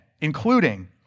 including